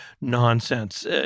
nonsense